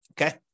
Okay